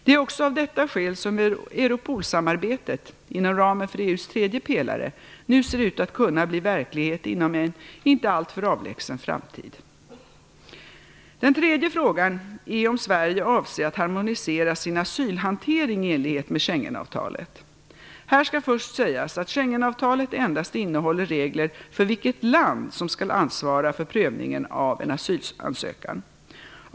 Det är också av detta skäl som Europolsamarbetet - inom ramen för EU:s tredje pelare - nu ser ut att kunna bli verklighet inom en inte alltför avlägsen framtid. Den tredje frågan är om Sverige avser att harmonisera sin asylhantering i enlighet med Schengenavtalet. Här skall först sägas att Schengenavtalet endast innehåller regler för vilket land som skall ansvara för prövningen av en asylansökan.